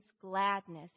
gladness